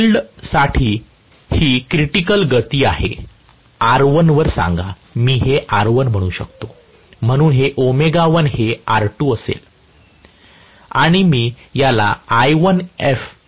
तर फील्डसाठी ही क्रिटिकल गती आहे R1 वर सांगा मी हे R1 म्हणू शकतो म्हणून हे ω1 हे R2 असेल आणि मी याला R1f R2f म्हणून म्हणतो